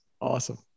Awesome